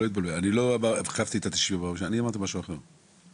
אני אמרתי משהו אחר.